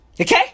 Okay